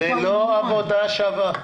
זאת לא עבודה שווה.